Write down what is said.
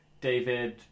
David